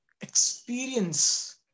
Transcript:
experience